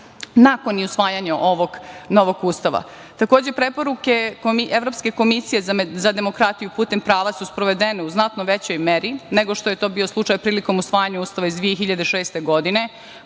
nakon usvajanja ovog novog Ustava. Preporuke evropske Komisije za demokratiju putem prava su sprovedene u znatno većoj meri nego što je to bio slučaj prilikom usvajanja Ustava iz 2006. godine.